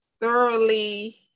thoroughly